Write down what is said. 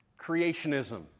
creationism